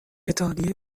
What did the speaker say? اتحادیه